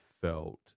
felt